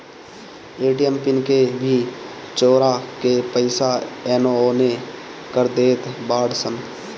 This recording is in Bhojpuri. ए.टी.एम पिन के भी चोरा के पईसा एनेओने कर देत बाड़ऽ सन